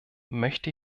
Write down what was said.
möchte